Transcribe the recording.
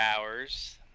hours